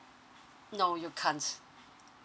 no you can't